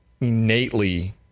innately